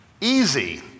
Easy